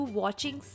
watching